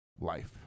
life